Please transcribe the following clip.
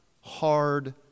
hard